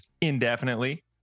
indefinitely